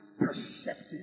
perceptive